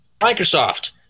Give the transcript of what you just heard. Microsoft